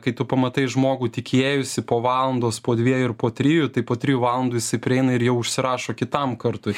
kai tu pamatai žmogų tikėjusį po valandos po dviejų ir po trijų tai po trijų valandų jisai prieina ir jau užsirašo kitam kartui